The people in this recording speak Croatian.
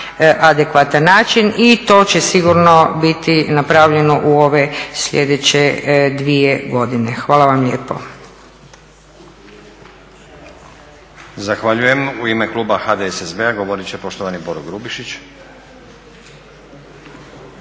adekvatan način i to će sigurno biti napravljeno u ove slijedeće dvije godine. Hvala vam lijepo.